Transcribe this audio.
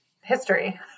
history